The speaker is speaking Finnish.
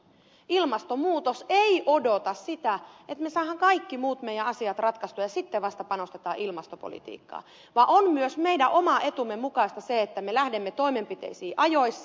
ilmastonmuutos ei odota sitä että me saamme kaikki muut meidän asiamme ratkaistua ja sitten vasta panostetaan ilmastopolitiikkaan vaan on myös meidän oman etumme mukaista se että me lähdemme toimenpiteisiin ajoissa